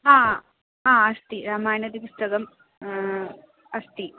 हा हा अस्ति रामायणमिति पुस्तकम् अस्ति